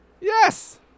Yes